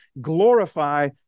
glorify